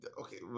Okay